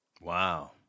Wow